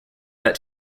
that